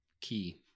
key